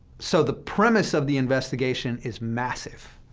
so the premise of the investigation is massive.